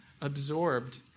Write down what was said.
absorbed